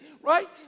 right